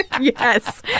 Yes